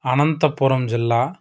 అనంతపురం జిల్లా